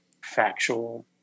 factual